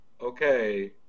okay